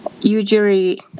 Usually